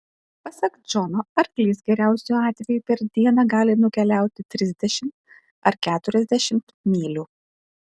pasak džono arklys geriausiu atveju per dieną gali nukeliauti trisdešimt ar keturiasdešimt mylių